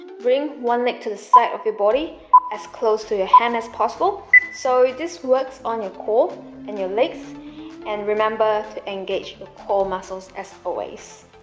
bring one leg to the side of your body as close to your hand as possible so it just works on your core and your legs and remember to engage the core muscles as always